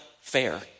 fair